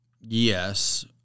Yes